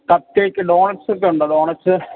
cup cake donuts ഒക്കെ ഉണ്ടോ doughnuts